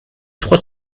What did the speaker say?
trois